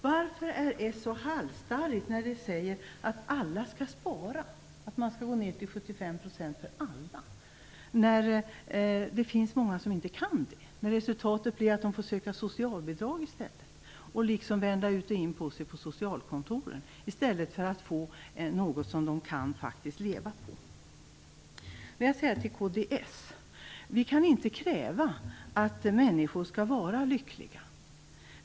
Varför är socialdemokraterna så halsstarriga när de säger att alla skall spara och att man skall gå ned till 75 % för alla? Det finns många som inte kan det. Resultatet blir att de får söka socialbidrag och liksom vända ut och in på sig själva på socialkontoren i stället för att få något som de faktiskt kan leva på. Jag vill säga till kds: Vi kan inte kräva att människor skall vara lyckliga.